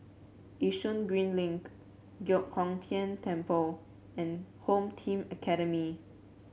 Yishun Green Link Giok Hong Tian Temple and Home Team Academy